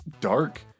dark